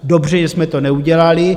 Dobře že jsme to neudělali.